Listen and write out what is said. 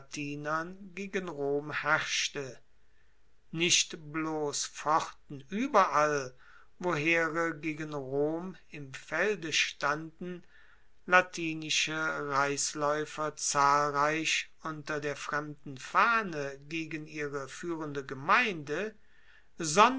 latinern gegen rom herrschte nicht bloss fochten ueberall wo heere gegen rom im felde standen latinische reislaeufer zahlreich unter der fremden fahne gegen ihre fuehrende gemeinde